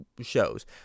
shows